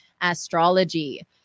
astrology